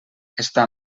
està